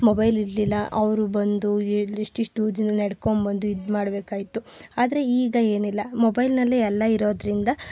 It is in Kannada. ಮೊಬೈಲ್ ಇರಲಿಲ್ಲ ಅವರು ಬಂದು ಇಷ್ಟಿಷ್ಟು ದಿನ ನಡ್ಕೋಬಂದು ಇದು ಮಾಡ್ಕೋಬೇಕಾಯ್ತು ಆದರೆ ಈಗ ಏನಿಲ್ಲ ಮೊಬೈಲ್ನಲ್ಲೆ ಎಲ್ಲ ಇರೋದ್ರಿಂದ